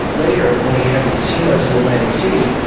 later when he had the casinos in atlantic city,